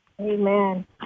Amen